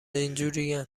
اینجورین